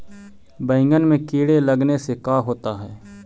बैंगन में कीड़े लगने से का होता है?